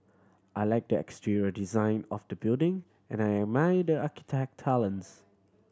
I like the exterior design of the building and I admire the architect talents